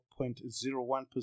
0.01%